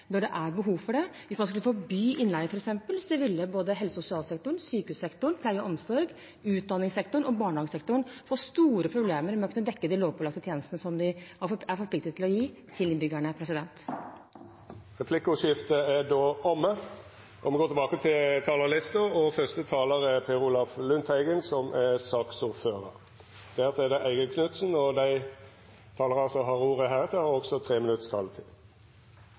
når det er behov for det. Hvis man skulle forby innleie f.eks., ville både helse- og sosialsektoren, sykehussektoren, pleie og omsorg, utdanningssektoren og barnehagesektoren få store problemer med å dekke de lovpålagte tjenestene som de er forpliktet til å gi til innbyggerne. Replikkordskiftet er omme. Dei talarane som heretter får ordet, har ei taletid på inntil 3 minutt. Det er